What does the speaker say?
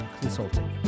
consulting